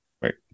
Right